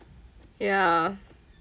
ya